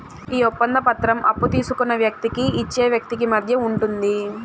ఈ ఒప్పంద పత్రం అప్పు తీసుకున్న వ్యక్తికి ఇచ్చే వ్యక్తికి మధ్య ఉంటుంది